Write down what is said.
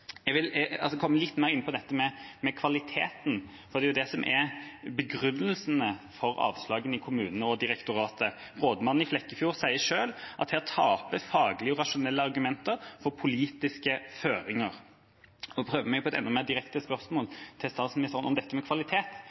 Jeg vil komme litt mer inn på dette med kvaliteten, for det er jo det som er begrunnelsen for avslagene i kommunene og direktoratet. Rådmannen i Flekkefjord sier selv at her taper faglige og rasjonelle argumenter for politiske føringer. Nå prøver jeg meg på et enda mer direkte spørsmål til statsministeren om dette med kvalitet, for jeg forstår at hun er veldig opptatt av kvalitet